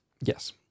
Yes